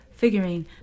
Figuring